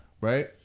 Right